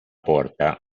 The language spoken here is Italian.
porta